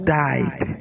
died